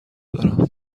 دارم